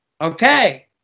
Okay